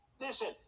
Listen